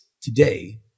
today